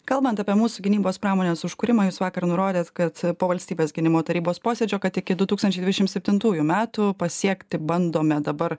kalbant apie mūsų gynybos pramonės užkūrimą jūs vakar nurodėt kad po valstybės gynimo tarybos posėdžio kad iki du tūkstančiai dvidešimt septintųjų metų pasiekti bandome dabar